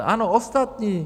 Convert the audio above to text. Ano, ostatní.